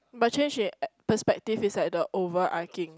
but change in perceptive is like the overarching